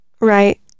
Right